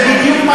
זה בדיוק מה